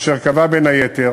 אשר קבעה בין היתר